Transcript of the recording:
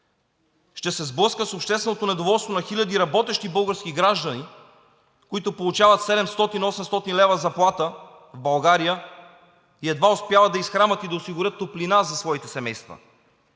Ще се сблъскат с общественото недоволство на хиляди работещи български граждани, които получават 700 – 800 лв. заплата в България и едва успяват да изхранват и да осигурят топлина за своите семейства.